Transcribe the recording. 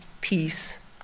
peace